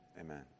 Amen